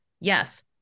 Yes